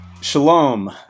shalom